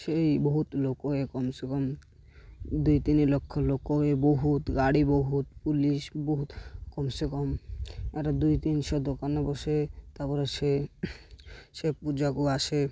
ସେହି ବହୁତ ଲୋକ ଏ କମ୍ସେ କମ୍ ଦୁଇ ତିନି ଲକ୍ଷ ଲୋକ ଏ ବହୁତ ଗାଡ଼ି ବହୁତ ପୋଲିସ୍ ବହୁତ କମ୍ସେ କମ୍ ଏହାର ଦୁଇ ତିନିଶହ ଦୋକାନ ବସେ ତା'ପରେ ସେ ସେ ପୂଜାକୁ ଆସେ